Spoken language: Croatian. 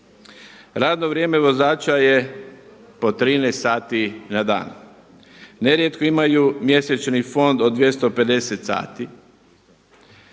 Radno vrijeme vozača je po 13 sati na dan, nerijetko imaju mjesečni fond od 250 sati,